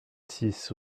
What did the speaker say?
six